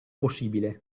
possibile